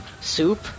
Soup